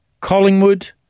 Collingwood